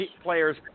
players